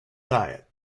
diet